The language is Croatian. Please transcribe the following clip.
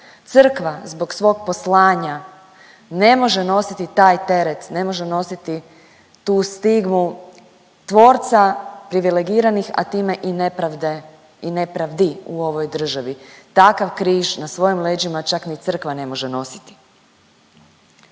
Crkva zbog svog poslanja ne može nositi taj teret, ne može nositi tu stigmu tvorca privilegiranih, a time i nepravde i nepravdi u ovoj državi. Takav križ na svojim leđima čak ni crkva ne može nositi.